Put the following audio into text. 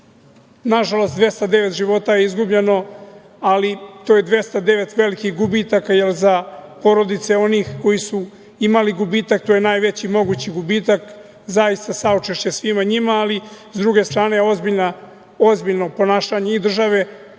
na žalost 209 života je izgubljeno, ali to je 209 velikih gubitaka jer za porodice onih koji su imali gubitak to je najveći mogući gubitak. Zaista, saučešće svima njima. S druge strane ozbiljno ponašanje i države,